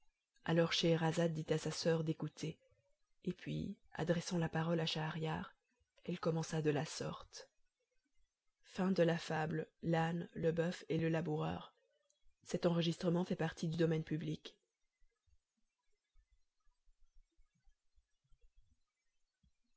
alors scheherazade dit à sa soeur d'écouter et puis adressant la parole à schahriar elle commença de la sorte i nuit le marchand et le